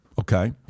okay